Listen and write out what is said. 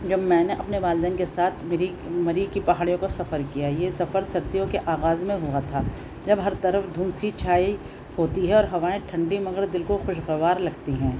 جب میں نے اپنے والدین کے ساتھ میری مری کی پہاڑیوں کا سفر کیا یہ سفر ستیو کے آغاز میں ہوا تھا جب ہر طرف دھند سی چھائی ہوتی ہے اور ہوائیں ٹھنڈی مگر دل کو خوشگوار لگتی ہیں